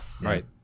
Right